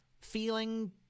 feeling